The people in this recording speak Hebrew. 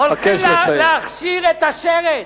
הולכים להכשיר את השרץ,